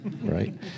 right